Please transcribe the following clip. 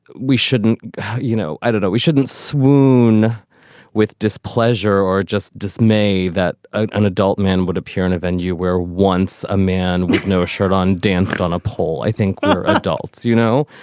we shouldn't you know, i didn't we shouldn't swoon with displeasure or just dismay that an an adult man would appear in a venue where once a man with no shirt on danced on a pole i think adults, you know,